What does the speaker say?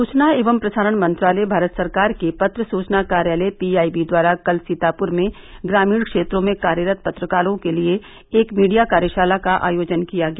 सूचना एवं प्रसारण मंत्रालय भारत सरकार के पत्र सूचना कार्यालय पीआईबी द्वारा कल सीतापुर में ग्रामीण क्षेत्रों में कार्यरत पत्रकारों के लिये एक मीडिया कार्यशाला का आयोजन किया गया